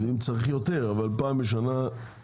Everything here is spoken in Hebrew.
אם צריך אז יותר אבל לפחות פעם בשנה אנחנו